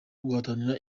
guhatanira